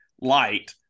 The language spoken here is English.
light